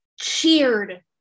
cheered